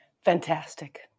Fantastic